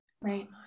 right